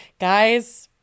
guys